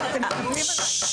נקודתית.